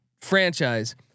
franchise